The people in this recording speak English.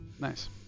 Nice